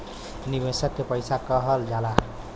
निवेशक के पइसवा के कहल जाला